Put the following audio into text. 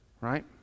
right